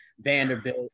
Vanderbilt